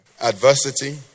Adversity